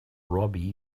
robbie